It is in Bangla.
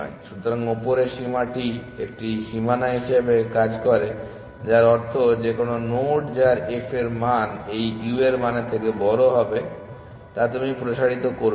সুতরাং উপরের সীমাটি একটি সীমানা হিসাবে কাজ করে যার অর্থ যেকোনো নোড যার f এর মান এই u এর মানের থেকে বড়ো হবে তা তুমি প্রসারিত করবে না